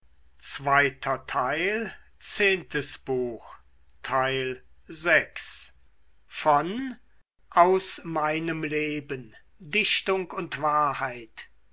goethe aus meinem leben dichtung und wahrheit